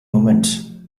moments